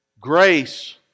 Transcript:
Grace